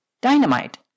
dynamite